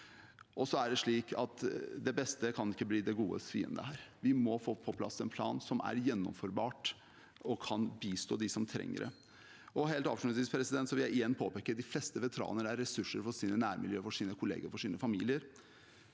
Det beste kan ikke bli det godes fiende her. Vi må få på plass en plan som er gjennomførbar, og som kan bistå dem som trenger det. Helt avslutningsvis vil jeg igjen påpeke dette: De fleste veteraner er en ressurs for sine nærmiljø, for sine kollegaer og for sine familier.